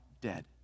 dead